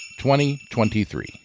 2023